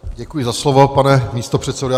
Děkuji za slovo, pane místopředsedo.